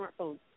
smartphones